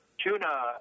tuna